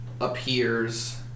appears